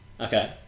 okay